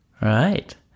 right